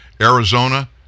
Arizona